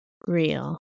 Real